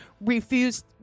refused